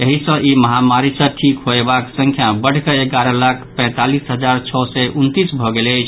एहि सँ ई महामारी सँ ठीक होयबाक संख्या बढ़िकऽ एगारह लाख पैंतालीस हजार छओ सय उनतीस भऽ गेल अछि